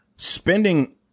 Spending